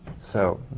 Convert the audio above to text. so,